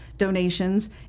donations